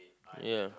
ya